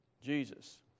Jesus